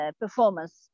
performance